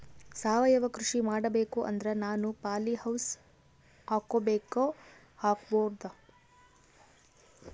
ಸಾವಯವ ಕೃಷಿ ಮಾಡಬೇಕು ಅಂದ್ರ ನಾನು ಪಾಲಿಹೌಸ್ ಹಾಕೋಬೇಕೊ ಹಾಕ್ಕೋಬಾರ್ದು?